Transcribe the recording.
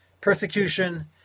persecution